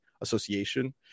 association